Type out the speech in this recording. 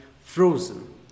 frozen